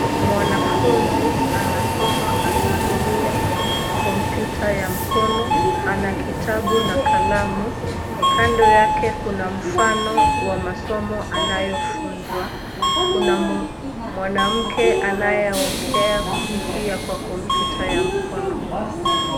Mwanafunzi anasoma akitumia kompyuta ya mkono. Ana kitabu na kalamu, kando yake kuna mfano wa masomo anayofunzwa. Kuna mwanamke anayeongea kupitia kwa kompyuta ya mkono.